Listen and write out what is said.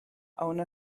owner